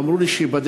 אמרו לי שייבדק.